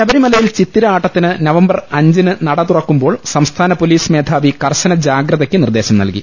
ശബരിമലയിൽ ചിത്തിര ആട്ടത്തിന് നവംബർ അഞ്ചിന് നട തുറക്കുമ്പോൾ സംസ്ഥാന പൊലീസ് മേധാവി കർശന ജാഗ്ര തയ്ക്ക് നിർദേശം നൽകി